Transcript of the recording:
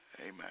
amen